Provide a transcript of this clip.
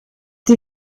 die